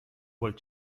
world